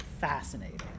fascinating